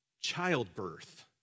childbirth